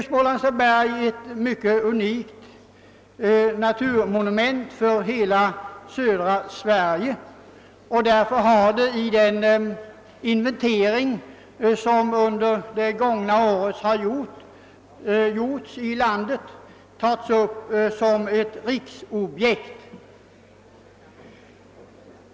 Smålands Taberg är ett mycket unikt naturmonument för hela södra Sverige, och därför har det i den inventering som under det gångna året har gjorts i landet tagits upp som ett riksobjekt.